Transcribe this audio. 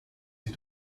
sie